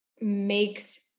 makes